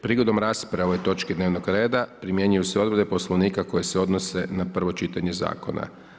Prigodom rasprave o ovoj točki dnevnog reda primjenjuju se odredbe Poslovnika koje se odnose na prvo čitanje zakona.